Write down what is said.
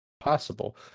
possible